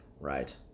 right